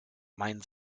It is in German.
mein